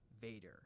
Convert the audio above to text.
Vader